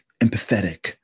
empathetic